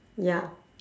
ya